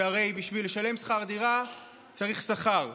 שהרי בשביל לשלם שכר דירה צריך שכר.